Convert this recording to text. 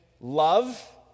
love